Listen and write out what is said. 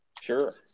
Sure